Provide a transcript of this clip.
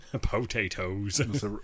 Potatoes